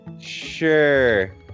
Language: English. Sure